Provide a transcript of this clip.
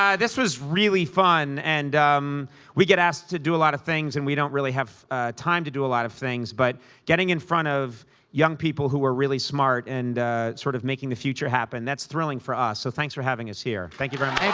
um this was really fun, and we get asked to do a lot of things, and we don't really have time to do a lot of things. but getting in front of young people who are really smart and sort of making the future happen, that's thrilling for us. so thanks for having us here. thank you very